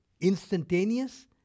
instantaneous